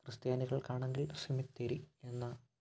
ക്രിസ്ത്യാനികൾക്കാണങ്കിൽ cemetery എന്ന